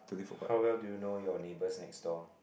how well do you know your neighbours next door